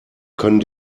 können